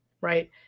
right